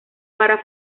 para